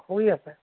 শুই আছে